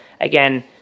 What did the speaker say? again